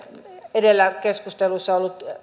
edellä keskustelussa olleet